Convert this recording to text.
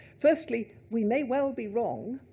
firstly, we may well be wrong,